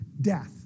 death